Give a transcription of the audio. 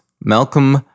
Malcolm